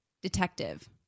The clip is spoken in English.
Detective